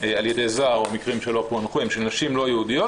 על ידי זר או מקרים שלא פוענחו הם של נשים לא יהודיות,